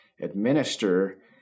administer